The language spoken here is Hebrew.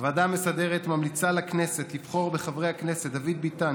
הוועדה המסדרת ממליצה לכנסת לבחור בחברי הכנסת דוד ביטן,